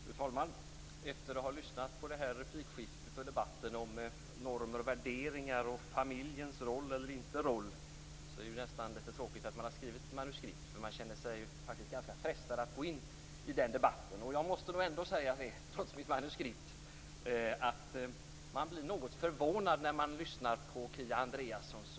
Fru talman! Efter att ha lyssnat på replikskiftena och debatten om normer och värderingar och om familjens roll eller inte är det ganska tråkigt att jag har skrivit ett manuskript, för jag känner mig ganska frestad att gå in i den debatten. Jag måste nog, trots mitt manuskript, säga att jag blir något förvånad när jag lyssnar på Kia Andreassons uppfattning.